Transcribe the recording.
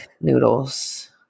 noodles